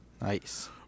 Nice